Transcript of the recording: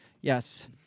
Yes